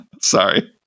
Sorry